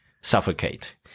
Suffocate